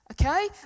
okay